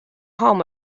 home